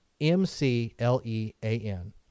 M-C-L-E-A-N